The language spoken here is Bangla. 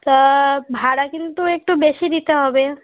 তা ভাড়া কিন্তু একটু বেশি দিতে হবে